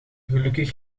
gelukkig